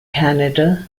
canada